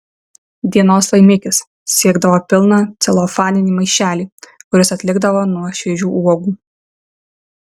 dienos laimikis siekdavo pilną celofaninį maišelį kuris atlikdavo nuo šviežių uogų